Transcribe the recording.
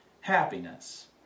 happiness